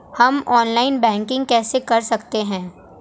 हम online banking कैसे कर सकते हैं?